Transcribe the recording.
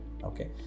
okay